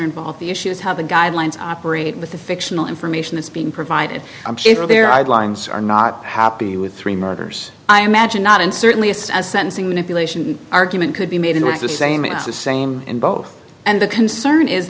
are involved the issue is how the guidelines operate with the fictional information that's being provided there i'd lines are not happy with three murders i imagine not and certainly it's as sentencing manipulation argument could be made in the same it's the same in both and the concern is